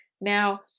Now